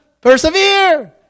persevere